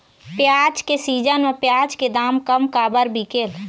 प्याज के सीजन म प्याज के दाम कम काबर बिकेल?